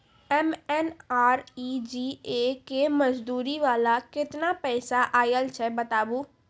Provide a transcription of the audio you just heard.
MNREGA के मज़दूरी वाला केतना पैसा आयल छै बताबू?